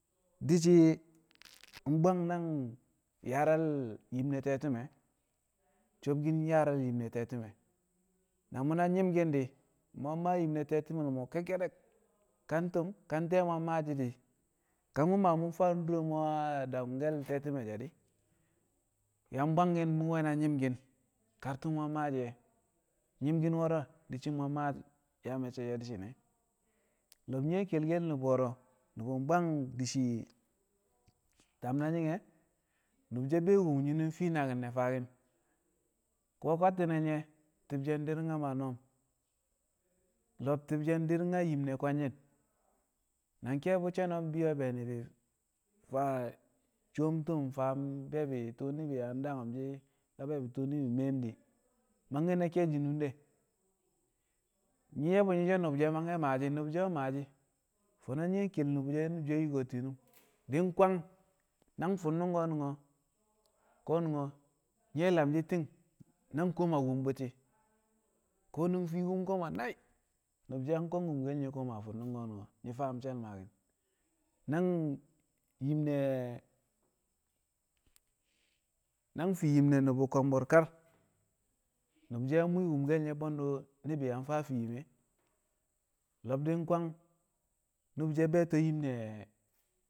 Di̱ shi̱ bwang nang yaarar nyim nẹ te̱ti̱me̱ sobkin yaarar nyim ne̱ te̱ti̱me̱ na mu̱na nyi̱mki̱n mu̱ yang maa yin ne̱ te̱ti̱me̱l mo̱ kekkedek ka tʉm ka te̱e̱ mu̱ yang maashi̱ di̱ ka mu̱ ma mu̱ faa duro a daku̱mke̱l te̱ti̱me̱ she̱ di̱ yang bwangki̱n mu̱ we̱na nyi̱mki̱n kar tu̱u̱ mu̱ yang maashi̱ e̱ nyi̱mki̱n wo̱ro̱ di̱ shi̱ mu̱ yang ma yaa me̱cce̱ de̱ di̱ shi̱ne̱ lo̱b nyi̱ we̱ ke̱lke̱l nu̱bu̱ wo̱ro̱ nu̱bu̱ bwang di̱ shi̱ tam na nu̱bu̱ she̱ be̱ wu̱m nyinum fii naki̱n ne̱ faaki̱n. Ko̱ kwattịne̱ nye̱ di̱ diring a maa no̱o̱m lo̱b ti̱bshe̱ diring a yim ne̱ kwe̱ngshi̱n na ke̱e̱bi̱ she̱no̱ bi̱yo̱ be̱ ni̱bi̱ faa faa coo tu̱m faam be̱ẹbi̱ tu̱m ni̱bi̱ yang daku̱mshi̱n ka be̱e̱bɪ tu̱u̱ ni̱bi̱ miye di̱ mangke̱ na ke̱e̱shi̱ nunde nyi̱ ye̱ bu̱ nyi̱ so̱ nu̱bu̱ she̱ mangke̱ maasẖi̱ nu̱bu̱ she̱ we̱ maashi̱ fo̱no̱ nyi̱ we̱ ke̱l nu̱bu̱ she̱ nu̱bu̱ she̱ yu̱ko̱ti̱n nyinum di̱ kwang nan funnung ko̱nu̱n ko̱nu̱n nye̱ we̱ lamshi̱ ti̱ng nang koma wum bu̱ti̱ ko̱nu̱n fii wum kona nai̱, nu̱bu̱ she̱ yang kwang wumkel nye̱ koma a bwe̱ndi̱ ko̱ nyi̱ faam she̱l maaki̱n nang fii yim ne̱ nu̱bu̱ kombur kar yang mwi̱i̱ wumkel bwe̱ndo ni̱bi̱ yang faa fii yim e̱ lo̱b di̱ kwang nu̱bu̱ she̱ be̱e̱to̱ yim ne̱,